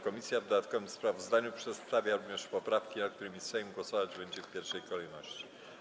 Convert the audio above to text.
Komisja w dodatkowym sprawozdaniu przedstawia również poprawki, nad którymi Sejm głosować będzie w pierwszej kolejności.